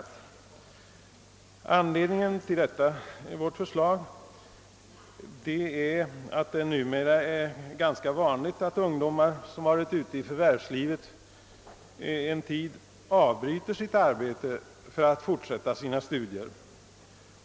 Anledningen till detta vårt förslag är att det numera är ganska vanligt att ungdomar som varit ute i förvärvslivet en tid avbryter arbetet för att fortsätta sina studier.